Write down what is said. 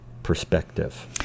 perspective